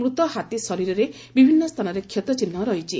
ମୃତ ହାତୀ ଶରୀରରେ ବିଭିନ୍ ସ୍ରାନରେ କ୍ଷତ ଚିହ୍ ରହିଛି